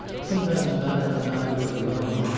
sometimes madame and i were alone.